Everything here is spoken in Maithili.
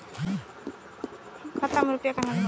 हम खाता में रूपया केना जमा करबे?